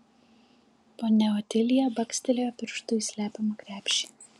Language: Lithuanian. ponia otilija bakstelėjo pirštu į slepiamą krepšį